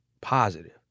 positive